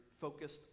focused